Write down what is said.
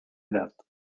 edad